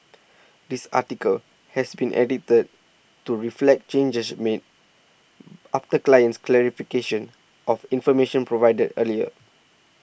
this article has been edited to reflect changes made after client's clarification of information provided earlier